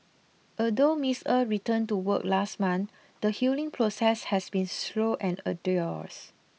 although Miss Er returned to work last month the healing process has been slow and arduous